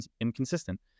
inconsistent